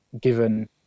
given